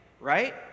right